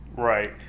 Right